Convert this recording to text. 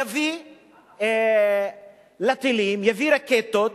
יביא לטילים, רקטות